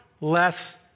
less